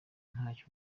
ntacyo